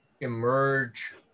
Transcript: emerge